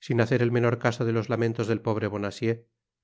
sin hacer el menor caso de los lamentos del pobre bonacieux